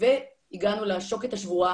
ואם אולי בדקתם כבר,